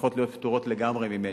צריכות להיות פטורות לגמרי מ"מצ'ינג".